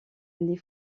les